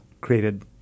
created